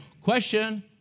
Question